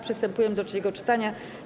Przystępujemy do trzeciego czytania.